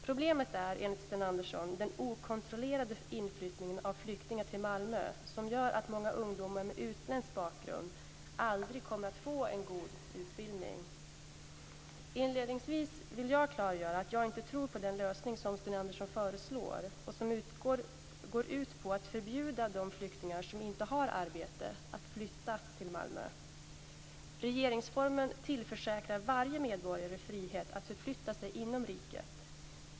Problemet är, enligt Sten Andersson, den okontrollerade inflyttningen av flyktingar till Malmö som gör att många ungdomar med utländsk bakgrund aldrig kommer att få en god utbildning. Inledningsvis vill jag klargöra att jag inte tror på den lösning som Sten Andersson föreslår, som går ut på att förbjuda de flyktingar som inte har arbete att flytta till Malmö. Regeringsformen tillförsäkrar varje medborgare friheten att förflytta sig inom riket.